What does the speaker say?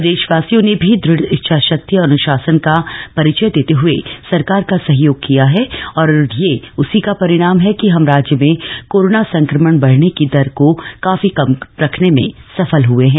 प्रदेशवासियों ने भी दृढ़ इच्छाशक्ति और अनुशासन का परिचय देते हुए सरकार का सहयोग किया है और यह उसी का परिणाम है कि हम राज्य में कोरोना संक्रमण बढने की दर को काफी कम रखने में सफल हुए है